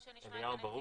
לא.